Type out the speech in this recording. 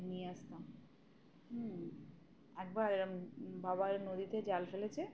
নিয়ে আসতাম হুম একবার বাবার নদীতে জাল ফেলেছে